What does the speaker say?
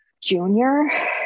junior